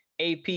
AP